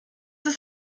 ist